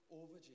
over